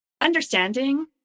understanding